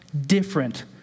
different